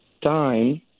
time